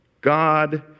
God